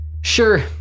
Sure